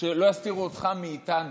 שלא יסתירו אותך מאיתנו.